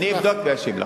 אני אבדוק ואשיב לך.